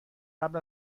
قبل